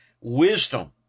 wisdom